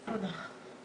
בתוך עצמם ובתוך הקהילות.